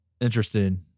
Interesting